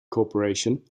corporation